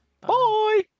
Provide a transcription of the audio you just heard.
bye